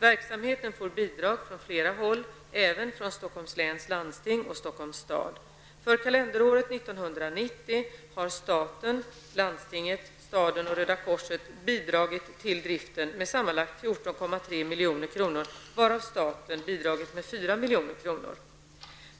Verksamheten får bidrag från flera håll, även från Stockholms läns landsting och Stockholms stad. För kalenderåret 1990 har staten, landstinget, staden och Röda korset bidragit till driften med sammanlagt 14,3 milj.kr., varav från staten 4 milj.kr.